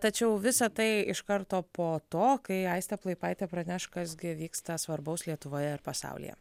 tačiau visa tai iš karto po to kai aistė plaipaitė pranešk kas gi vyksta svarbaus lietuvoje ir pasaulyje